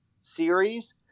series